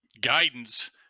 guidance